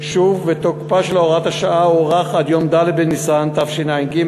שוב ותוקפה של הוראת השעה הוארך עד יום ד' בניסן התשע"ג,